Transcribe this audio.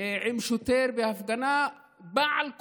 עם שוטר בהפגנה בעל כורחו,